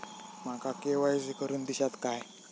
माका के.वाय.सी करून दिश्यात काय?